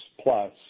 plus